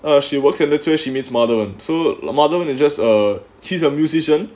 uh she works at U_S she meets madhavan and so madhavan is just err he's a musician